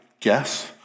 guess